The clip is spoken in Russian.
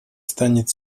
станет